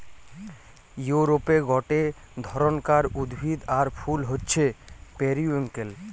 ইউরোপে গটে ধরণকার উদ্ভিদ আর ফুল হচ্ছে পেরিউইঙ্কেল